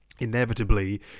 Inevitably